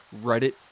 Reddit